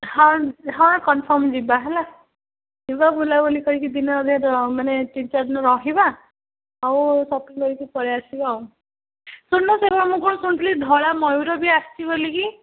ହଁ ହଁ କନଫର୍ମ୍ ଯିବା ହେଲା ଯିବା ବୁଲାବୁଲି କରିକି ଦିନ ଅଧେର ମାନେ ତିନି ଚାରି ଦିନ ରହିବା ଆଉ ସକାଳୁ ଉଠିକି ପଳେଇ ଆସିବା ଆଉ ଶୁଣୁନୁ ସେଦିନ ମୁଁ କ'ଣ ଶୁଣିଥିଲି ଧଳା ମୟୂର ବି ଆସିଛି ବୋଲିକି